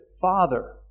father